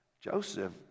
Joseph